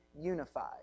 unified